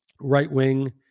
right-wing